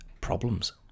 problems